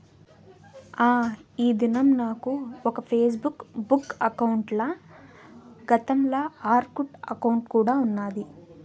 ఆ, ఈ దినం నాకు ఒక ఫేస్బుక్ బుక్ అకౌంటల, గతంల ఆర్కుట్ అకౌంటు కూడా ఉన్నాది